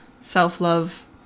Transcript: self-love